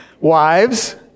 wives